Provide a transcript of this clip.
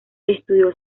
estudió